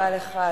תודה לך,